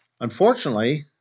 Unfortunately